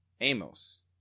Amos